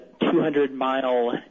200-mile